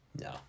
No